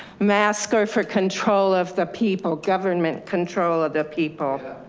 mask are for control of the people, government control of the people.